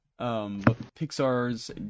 Pixar's